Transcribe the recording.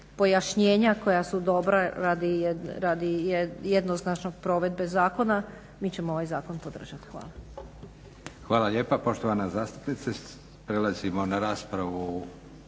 pojašnjenja koja su dobra radi jednoznačne provedbe zakona. Mi ćemo ovaj zakon podržati. Hvala. **Leko, Josip (SDP)** Hvala lijepa poštovana zastupnice. Prelazimo na raspravu